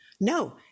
no